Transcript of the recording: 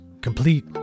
complete